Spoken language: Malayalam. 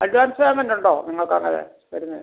അഡ്വാൻസ് തന്നിട്ടുണ്ടോ നിങ്ങൾക്ക് അങ്ങനെ വരുന്നത്